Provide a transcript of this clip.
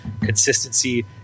consistency